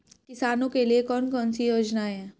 किसानों के लिए कौन कौन सी योजनाएं हैं?